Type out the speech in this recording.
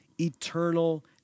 eternal